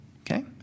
Okay